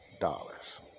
dollars